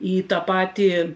į tą patį